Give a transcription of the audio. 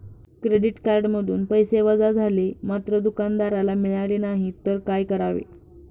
Credit कार्डमधून पैसे वजा झाले मात्र दुकानदाराला मिळाले नाहीत तर काय करावे?